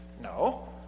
No